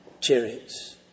chariots